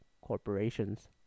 corporations